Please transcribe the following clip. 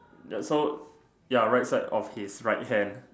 the so ya right side of his right hand